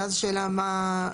ואז השאלה מה?